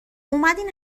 اومدین